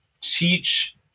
teach